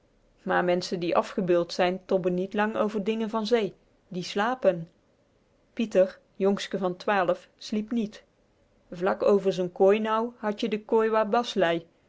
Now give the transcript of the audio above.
maar menschen die afgebeuld zijn tobben niet lang over dingen vanzee die slàpen pieter jongske van twaalf sliep niet vlak over z'n kooi nou had je de kooi waar bas lei